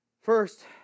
first